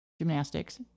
gymnastics